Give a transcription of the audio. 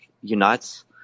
unites